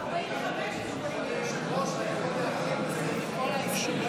אדוני היושב-ראש, כן.